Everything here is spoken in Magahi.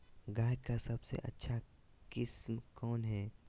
गाय का सबसे अच्छा किस्म कौन हैं?